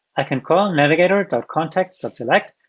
i can call navigator contacts select,